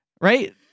Right